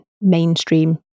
mainstream